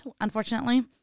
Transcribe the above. unfortunately